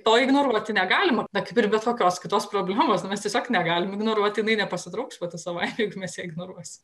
to ignoruoti negalima na kaip ir bet kokios kitos problemos mes tiesiog negalim ignoruoti jinai nepasitrauks pati savaime jeigu mes ją ignoruosim